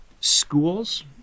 Schools